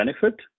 benefit